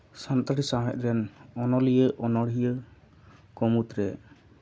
ᱥᱟᱱᱛᱟᱞᱤ ᱥᱟᱶᱦᱮᱫ ᱨᱮᱱ ᱚᱱᱚᱞᱤᱭᱟᱹ ᱚᱱᱚᱲᱦᱤᱭᱟᱹ ᱠᱚ ᱢᱩᱫᱽᱨᱮ